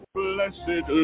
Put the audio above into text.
blessed